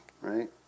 right